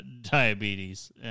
diabetes